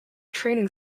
training